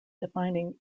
defining